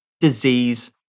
disease